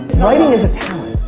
writing is a talent.